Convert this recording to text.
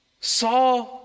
saw